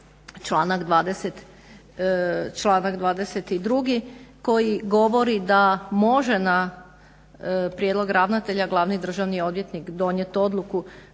članak 22. koji govori da može na prijedlog ravnatelja glavni državni odvjetnik donijet odluku